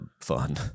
fun